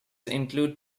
include